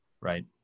Right